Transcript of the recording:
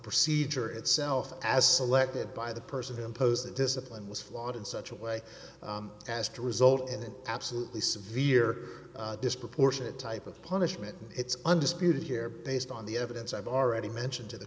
procedure itself as selected by the person to impose that discipline was flawed in such a way as to result in an absolutely severe disproportionate type of punishment and it's undisputed here based on the evidence i've already mentioned to the